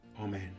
Amen